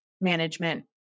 management